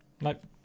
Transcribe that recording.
Nope